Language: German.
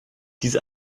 diese